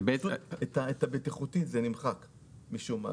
משום מה ה"בטיחותי" נמחק.